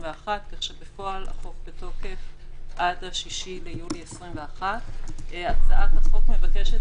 כך שבפועל החוק בתוקף עד ה-6 ביולי 2021. הצעת החוק מבקשת